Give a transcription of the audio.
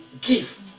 Give